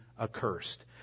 accursed